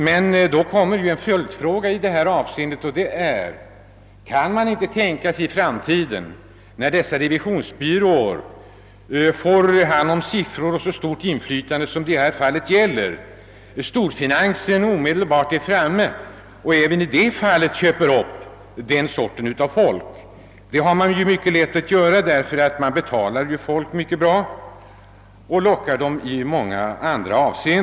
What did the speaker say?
Men då vill jag ställa en följdfråga: När den revisionsbyrån får så stort inflytande som det här blir fråga om, föreligger det då inte risk för att storfinansen köper upp människorna där? Det kan man ju mycket väl göra, eftersom storfinansen betalar bra och kan locka vederbörande även med andra fördelar.